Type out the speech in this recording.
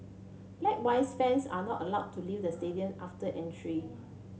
likewise fans are not allowed to leave the stadium after entry